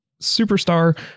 superstar